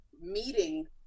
meeting